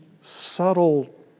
subtle